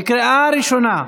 בקריאה ראשונה.